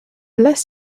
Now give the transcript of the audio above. less